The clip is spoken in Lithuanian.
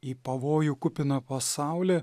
į pavojų kupiną pasaulį